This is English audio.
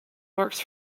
works